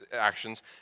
actions